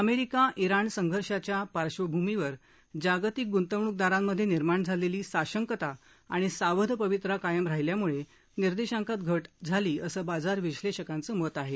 America Iran संघर्षाच्या पार्श्वभूमीवर जागतिक गुंतवणुकदारांमध्ये निर्माण झालेली साशंकता आणि सावध पवित्रा कायम राहिल्यामुळे निर्देशांकात घट झाली असं बाजार विश्लेषकांचं मत आहे